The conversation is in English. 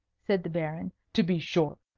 said the baron. to be sure.